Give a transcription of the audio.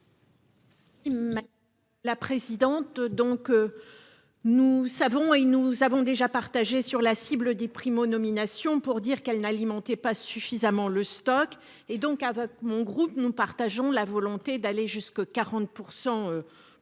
filleuls. La présidente donc. Nous savons et nous avons déjà partagé sur la cible des primo-nominations pour dire qu'elle n'alimentait pas suffisamment le stock et donc avec mon groupe nous partageons la volonté d'aller jusqu'à 40% pour